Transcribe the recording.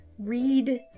read